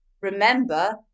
Remember